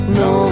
no